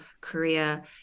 Korea